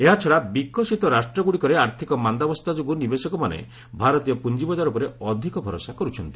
ଏହାଛଡା ବିକଶିତ ରାଷ୍ଟ୍ର ଗୁଡ଼ିକରେ ଆର୍ଥକ ମାନ୍ଦାବସ୍ଥା ଯୋଗୁଁ ନିବେଶକମାନେ ଭାରତୀୟ ପୁଞ୍ଜି ବଜାର ଉପରେ ଅଧିକ ଭରସା କର୍ଚ୍ଚନ୍ତି